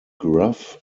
gruff